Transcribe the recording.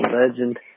legend